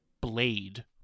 Blade